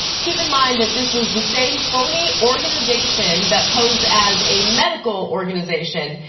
keep in mind that this was the same phony organization that posed as a medical organization,